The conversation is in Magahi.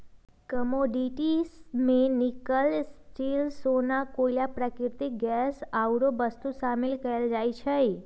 कमोडिटी में निकल, स्टील,, सोना, कोइला, प्राकृतिक गैस आउरो वस्तु शामिल कयल जाइ छइ